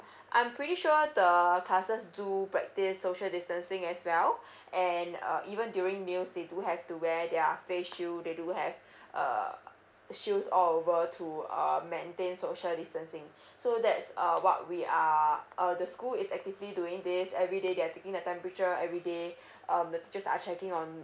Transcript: I'm pretty sure the classes do practice social distancing as well and uh even during meals they do have to wear their face shield they do have uh shield all over to um maintain social distancing so that's uh what we are uh the school is actively doing this everyday they are taking the temperature everyday um the teachers are checking on